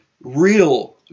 real